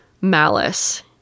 malice